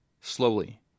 Slowly